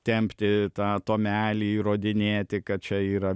tempti tą tomelį įrodinėti kad čia yra